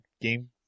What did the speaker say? game